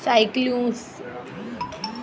साईक्लूस